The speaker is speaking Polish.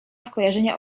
skojarzenia